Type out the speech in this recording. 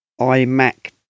iMac